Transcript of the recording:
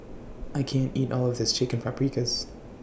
I can't eat All of This Chicken Paprikas